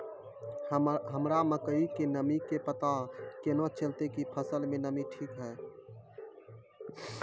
हमरा मकई के नमी के पता केना चलतै कि फसल मे नमी ठीक छै?